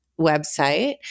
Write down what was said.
website